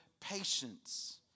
patience